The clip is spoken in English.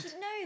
No